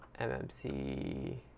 MMC